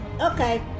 Okay